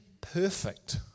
perfect